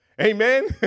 Amen